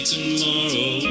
tomorrow